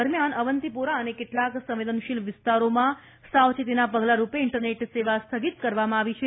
દરમ્યાન અવંતીપોરા અને કેટલાંક સંવેદનશીલ વિસ્તારોમાં સાવચેતીના પગલાંરુપે ઇન્ટરનેટ સેવા સ્થગિત કરવામાં આવી છે